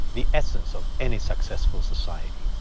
the essence of any successful society.